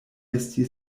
esti